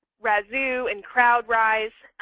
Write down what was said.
razoo, and crowdrise,